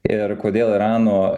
ir kodėl irano